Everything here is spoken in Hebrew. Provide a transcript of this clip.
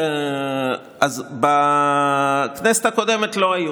אז בכנסת הקודמת לא היו.